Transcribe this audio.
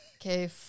Okay